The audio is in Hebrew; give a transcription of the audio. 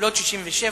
גבולות 67',